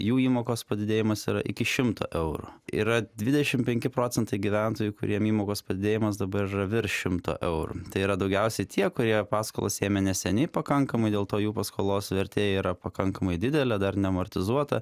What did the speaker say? jų įmokos padidėjimas yra iki šimto eurų yra dvidešimt penkis procentai gyventojų kuriem įmokos padidėjimas dabar yra virš šimto eurų tai yra daugiausiai tie kurie paskolas ėmė neseniai pakankamai dėl to jų paskolos vertė yra pakankamai didelė dar nė amortizuotą